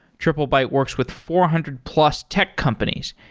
trip lebyte works with four hundred plus tech companies,